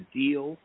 deal